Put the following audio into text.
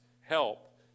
help